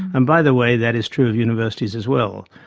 and by the way that is true of universities as well.